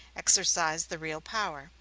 exercised the real power.